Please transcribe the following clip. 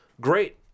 great